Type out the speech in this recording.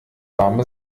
warme